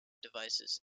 devices